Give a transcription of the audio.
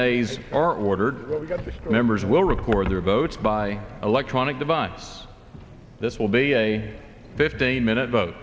they are ordered members will record their votes by electronic device this will be a fifteen minute